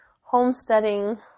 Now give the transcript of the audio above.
homesteading